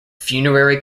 funerary